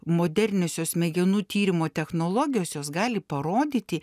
moderniosios smegenų tyrimo technologijos jos gali parodyti